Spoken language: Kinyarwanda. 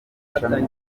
ishami